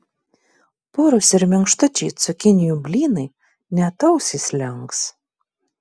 purūs ir minkštučiai cukinijų blynai net ausys links